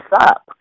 up